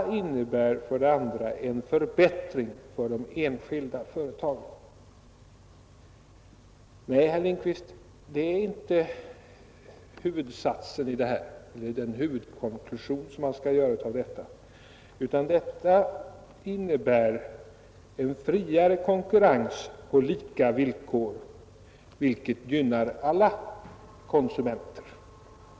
Herr Lindkvist säger: Detta innebär en försämring för de kooperativa företagen och en förbättring för de enskilda företagen. Nej, herr Lindkvist, det är inte den huvudkonklusion man skall göra, utan vårt förslag innebär en friare konkurrens på lika villkor, vilket gynnar alla konsumenter.